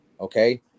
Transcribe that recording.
okay